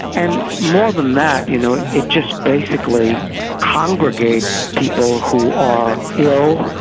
and more than that, you know it just basically congregates people who are ill,